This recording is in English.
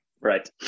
Right